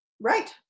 Right